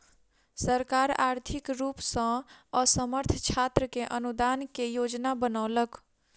सरकार आर्थिक रूप सॅ असमर्थ छात्र के अनुदान के योजना बनौलक